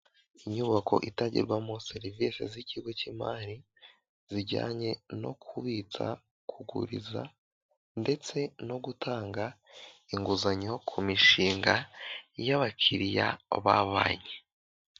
Inyubako itangirwamo serivisi z'ikigo cy imari zijyanye no kubitsa, kuguriza ndetse no gutanga inguzanyo, ku mishinga y'abakiriya ba banki.